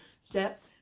step